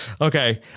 Okay